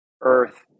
earth